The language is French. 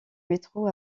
métro